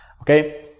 okay